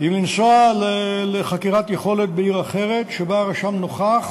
אם לנסוע לחקירת יכולת בעיר אחרת שבה רשם נוכח,